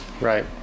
Right